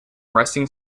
resting